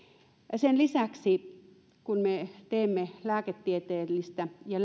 sen lisäksi kun me teemme lääketieteellistä ja